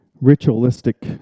ritualistic